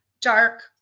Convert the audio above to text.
dark